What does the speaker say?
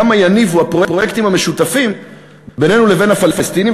כמה יניבו הפרויקטים המשותפים בינינו לבין הפלסטינים,